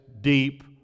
deep